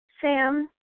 Sam